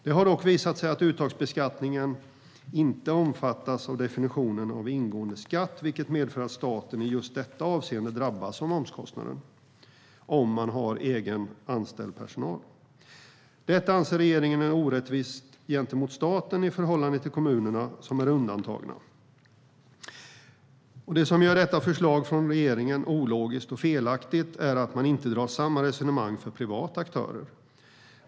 Det har dock visat sig att uttagsbeskattningen inte omfattas av definitionen av ingående skatt, vilket medför att staten i just detta avseende drabbas av momskostnaden om man har egen anställd personal. Detta anser regeringen är en orättvisa gentemot staten i förhållande till kommunerna, som är undantagna. Det som gör detta förslag från regeringen ologiskt och felaktigt är att man inte har samma resonemang för privata aktörer.